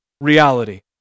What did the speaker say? reality